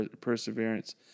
perseverance